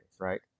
right